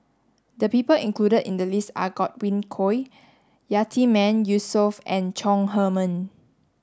the people included in the list are Godwin Koay Yatiman Yusof and Chong Heman